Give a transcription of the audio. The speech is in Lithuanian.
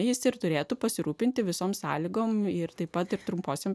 jis ir turėtų pasirūpinti visom sąlygom ir taip pat ir trumposioms